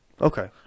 Okay